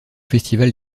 festival